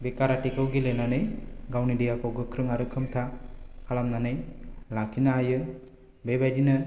बे काराथिखौ गेलेनानै गावनि देहाखौ गोख्रों आरो खोमथा खालामनानै लाखिनो हायो बेबायदिनो